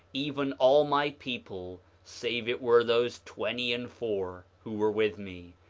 even all my people, save it were those twenty and four who were with me,